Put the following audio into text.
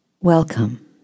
Welcome